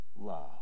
love